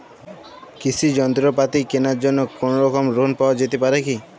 কৃষিযন্ত্রপাতি কেনার জন্য কোনোরকম লোন পাওয়া যেতে পারে?